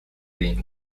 being